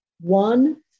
one